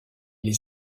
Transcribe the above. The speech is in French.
les